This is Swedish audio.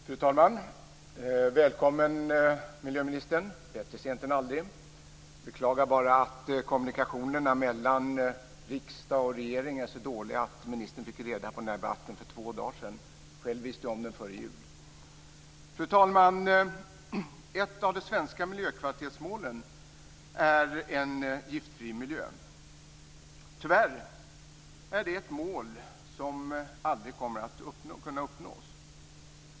Fru talman! Välkommen miljöministern - bättre sent än aldrig. Jag beklagar bara att kommunikationerna mellan riksdag och regering är så dåliga att miljöministern fick reda på denna debatt för två dagar sedan. Själv visste jag om den före jul. Fru talman! Ett av de svenska miljökvalitetsmålen är en giftfri miljö. Tyvärr är det ett mål som aldrig kommer att kunna uppnås.